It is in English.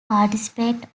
participate